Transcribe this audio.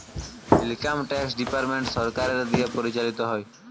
income tax department সরকারের দিয়া পরিচালিত হ্যয়